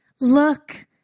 look